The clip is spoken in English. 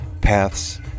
paths